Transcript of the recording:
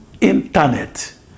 internet